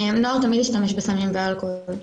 נוער תמיד השתמש בסמים ואלכוהול,